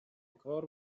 کار